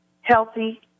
healthy